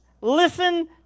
listen